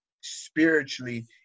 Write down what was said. spiritually